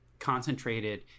Concentrated